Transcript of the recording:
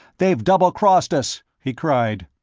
they've double-crossed us! he cried.